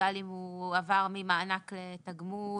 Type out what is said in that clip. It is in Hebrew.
למשל אם הוא עבר ממענק תגמול,